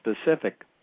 specific